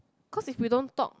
because if we don't talk